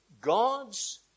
God's